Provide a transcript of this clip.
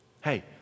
Hey